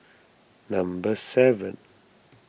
number seven